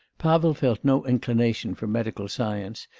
pavel felt no inclination for medical science,